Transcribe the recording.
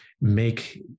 make